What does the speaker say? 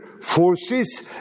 forces